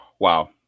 Wow